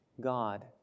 God